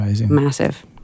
massive